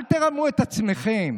אל תרמו את עצמכם